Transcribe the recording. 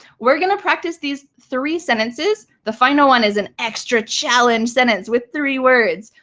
we're going to practice these three sentences. the final one is an extra challenge sentence with three words.